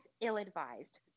ill-advised